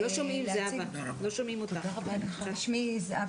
שמי זהבה